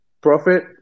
profit